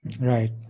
Right